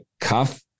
cuff